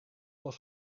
was